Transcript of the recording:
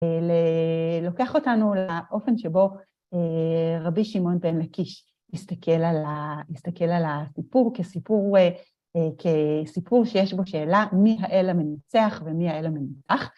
ל... לוקח אותנו לאופן שבו רבי שמעון בן לקיש מסתכל על ה... מסתכל על הסיפור כסיפור, כסיפור שיש בו שאלה: מי האל המנצח ומי האל המנוצח.